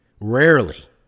Rarely